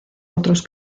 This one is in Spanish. otros